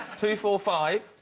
two four five